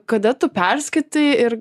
kada tu perskaitai ir